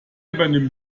übernimmt